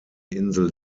insel